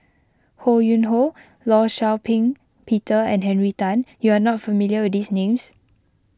Ho Yuen Hoe Law Shau Ping Peter and Henry Tan you are not familiar with these names